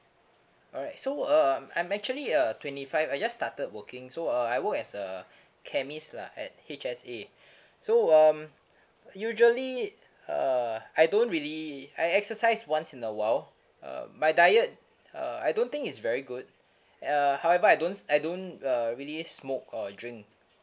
alright so um I'm actually uh twenty five I just started working so uh I work as a chemist lah at H_S_A so um usually uh I don't really I exercise once in a while uh my diet uh I don't think it's very good uh however I don't s~ I don't uh really smoke or drink